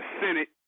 Senate